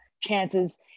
chances